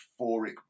euphoric